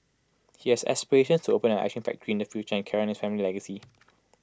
he has aspirations to open an Ice Cream factory in the future and carry on his family legacy